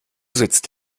sitzt